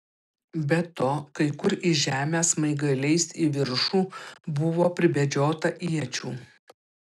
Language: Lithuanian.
be to kai kur į žemę smaigaliais į viršų buvo pribedžiota iečių